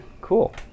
Cool